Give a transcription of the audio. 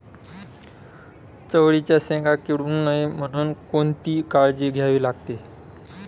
चवळीच्या शेंगा किडू नये म्हणून कोणती काळजी घ्यावी लागते?